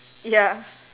ya